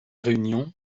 réunion